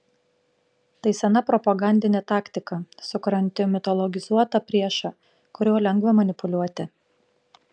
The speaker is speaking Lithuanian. tai sena propagandinė taktika sukuriantį mitologizuotą priešą kuriuo lengva manipuliuoti